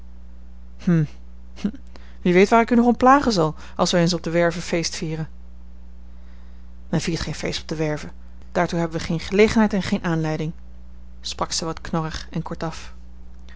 wie weet waar ik u nog om plagen zal als wij eens op de werve feest vieren men viert geen feest op de werve daartoe hebben we geene gelegenheid en geene aanleiding sprak zij wat knorrig en kortaf